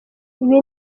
ibi